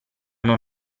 non